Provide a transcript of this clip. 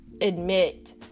admit